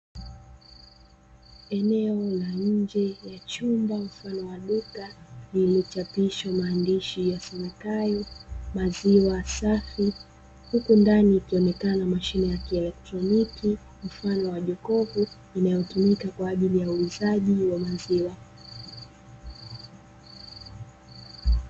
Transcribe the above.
Eneo la nje la chumba mfano wa duka lililochapishwa maandishi yasomekayo maziwa safi, huku ndaniikionekana mashine ya kielotroniki mfano wa jokofu inayotumika kwa ajili ya uuzaji wa maziwa.